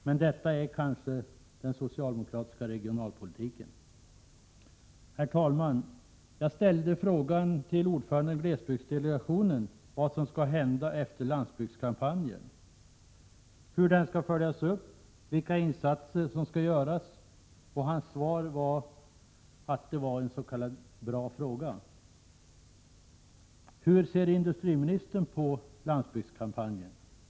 Men detta är kanske socialdemokratisk regionalpolitik. Herr talman! Jag har ställt frågan till ordföranden i glesbygdsdelegationen vad som skall hända efter landsbygdskampanjen. Jag frågade hur den skall följas upp och vilka insatser som skall göras. Hans svar var att det var en s.k. bra fråga. Hur ser industriministern på landsbygdskampanjen?